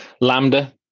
Lambda